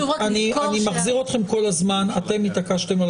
אני מחזיר אתכם כל הזמן, אתם התעקשתם על